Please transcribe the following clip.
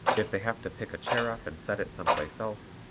if they have to pick a chair up and set it some place else,